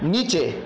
নিচে